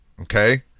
Okay